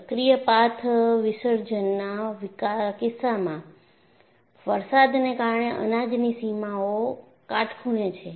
સક્રિય પાથ વિસર્જનના કિસ્સામાં વરસાદને કારણે અનાજની સીમાઓ કાટખૂણે છે